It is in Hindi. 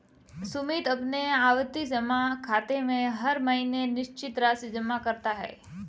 सुमित अपने आवर्ती जमा खाते में हर महीने निश्चित राशि जमा करता है